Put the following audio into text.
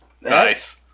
nice